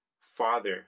Father